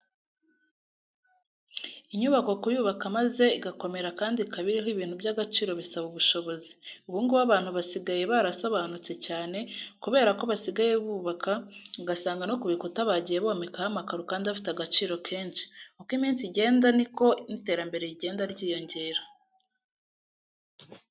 Inyubako kuyubaka maze igakomera kandi ikaba iriho ibintu by'agaciro bisaba ubushobozi. Ubu ngubu abantu basigaye barasobanutse cyane kubera ko basigaye bubaka ugasanga no kubikuta bagiye bomekaho amakaro kandi afite agaciro kenshi. Uko iminsi igenda ni ko n'iterambere rigenda ryiyongera.